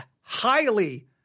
highly